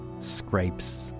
Scrapes